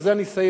ובזה אני אסיים,